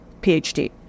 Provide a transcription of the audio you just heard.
PhD